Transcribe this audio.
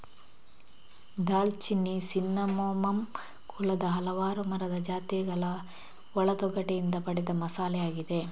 ದಾಲ್ಚಿನ್ನಿ ಸಿನ್ನಮೋಮಮ್ ಕುಲದ ಹಲವಾರು ಮರದ ಜಾತಿಗಳ ಒಳ ತೊಗಟೆಯಿಂದ ಪಡೆದ ಮಸಾಲೆಯಾಗಿದೆ